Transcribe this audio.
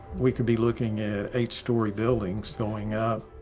we could be looking at eight story buildings going up.